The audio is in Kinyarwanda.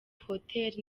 hotel